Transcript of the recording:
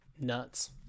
nuts